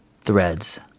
threads